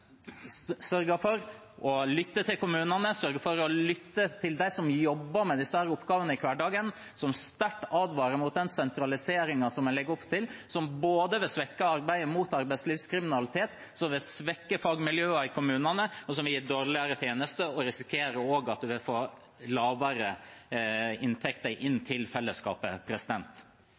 sørger for å lytte til kommunene, sørger for å lytte til dem som jobber med disse oppgavene i hverdagen, som sterkt advarer mot den sentraliseringen som en legger opp til, som både vil svekke arbeidet mot arbeidslivskriminalitet, som vil svekke fagmiljøet i kommunene, og som vil gi dårligere tjenester. Og en risikerer også at en får lavere inntekter inn til fellesskapet.